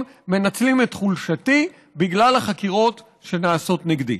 מנצלים את חולשתי בגלל החקירות שנעשות נגדי.